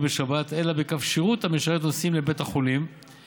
בשבת אלא בקו שירות המשרת נוסעים לבית החולים,